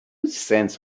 cents